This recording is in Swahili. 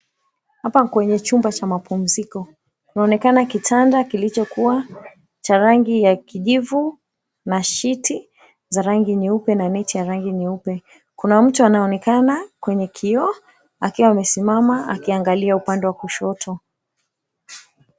Hapa ni kwenye chumba cha mapumziko. Kunaonekana kitanda kilichokuwa cha rangi ya kijivu na shiti za rangi nyeupe na neti ya rangi nyeupe. Kuna mtu anayeonekana kwenye kioo akiwa amesimama akiangalia upande wa kushoto.